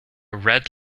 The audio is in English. red